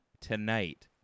tonight